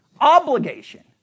Obligation